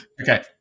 Okay